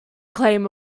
claim